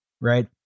right